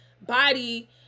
body